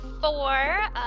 four